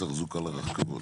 מרכז תחזוקה לרכבות.